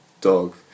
dog